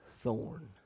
Thorn